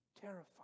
terrified